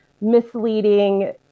misleading